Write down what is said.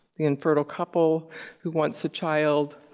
the infertile couple who wants a child,